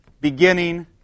beginning